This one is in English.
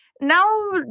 Now